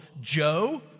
Joe